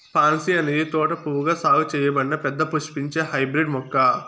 pansy అనేది తోట పువ్వుగా సాగు చేయబడిన పెద్ద పుష్పించే హైబ్రిడ్ మొక్క